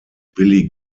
billy